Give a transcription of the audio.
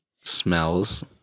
Smells